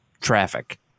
traffic